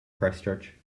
christchurch